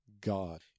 God